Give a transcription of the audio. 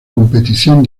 competición